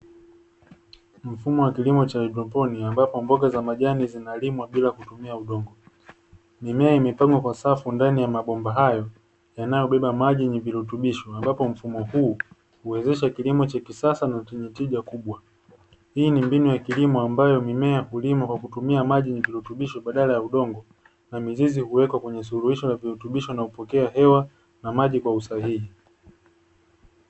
Mfumo wa kilimo cha haidroponi ambapo mboga za majani zinalimwa bila kutumia udongo. Mimea imepandwa kwa safu ndani ya mabomba hayo yanayobeba maji yenye virutubisho, ambapo mfumo huu huwezesha kilimo cha kisasa na chenye tija kubwa. Hii ni mbinu ya kilimo ambayo mimea hulimwa kwa kutumia maji yenye virutubisho badala ya udongo na mizizi huwekwa kwenye suluhisho lenye virutubisho la kupokea hewa na maji kwa usahihi.